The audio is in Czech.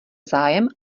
zájem